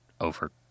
over